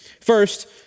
First